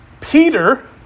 Peter